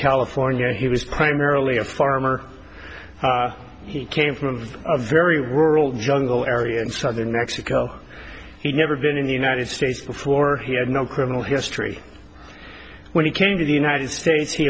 california and he was primarily a farmer he came from a very rural jungle area in southern mexico he'd never been in the united states before he had no criminal history when he came to the united states he